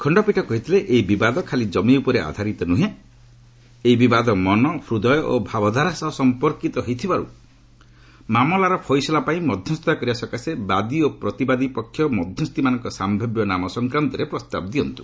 ଖଶ୍ତପୀଠ କହିଥିଲେ ଏହି ବିବାଦ ଖାଲି କମି ଉପରେ ଆଧାରିତ ନୁହେଁ ଏହି ବିବାଦ ମନ ହୃଦୟ ଓ ଭାବଧାରା ସହ ସମ୍ପର୍କୀତ ହୋଇଥିବାରୁ ମାମଲାର ଫଇସଲା ପାଇଁ ମଧ୍ୟସ୍ଥତା କରିବା ସକାଶେ ବାଦି ଓ ପ୍ରତିବାଦୀ ପକ୍ଷ ମଧ୍ୟସ୍ଥିମାନଙ୍କ ସାମ୍ଭବ୍ୟ ନାମ ସଂକ୍ରାନ୍ତରେ ପ୍ରସ୍ତାବ ଦିଅନ୍ତୁ